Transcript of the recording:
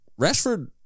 Rashford